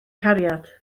cariad